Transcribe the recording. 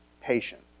patient